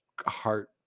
heart